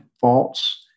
False